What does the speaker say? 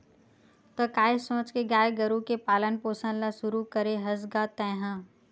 त काय सोच के गाय गरु के पालन पोसन ल शुरू करे हस गा तेंहा?